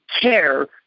care